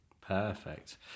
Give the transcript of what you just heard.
Perfect